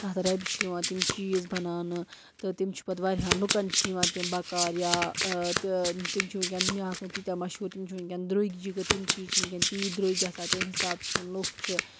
تَتھ رَبہِ چھِ یِوان تِم چیٖز بناونہٕ تہٕ تِم چھِ پَتہٕ واریاہَن لوٗکَن چھِ یِوان تِم بکار یا تہٕ تِم چھِ وٕنۍکٮ۪ن دُنیاہَس منٛز تیٖتیٛاہ مشہوٗر تِم چھِ وٕنۍکٮ۪ن درٛوٚگۍ تِم چیٖز چھِ وٕنۍکٮ۪ن تیٖتۍ درٛوٚگۍ گژھان تَمۍ حسابہٕ چھِ یِم لُکھ چھِ